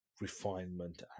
refinement